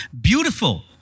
beautiful